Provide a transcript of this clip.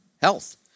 health